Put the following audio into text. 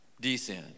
descend